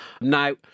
Now